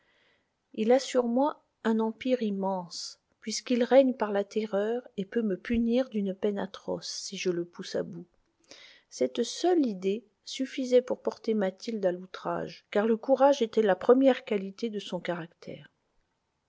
il a sur moi un empire immense puisqu'il règne par la terreur et peut me punir d'une peine atroce si je le pousse à bout cette seule idée suffisait pour porter mathilde à l'outrage car le courage était la première qualité de son caractère